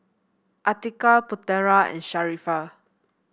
Atiqah Putera and Sharifah